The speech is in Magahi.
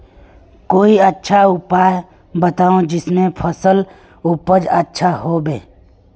कोई अच्छा उपाय बताऊं जिससे फसल उपज अच्छा होबे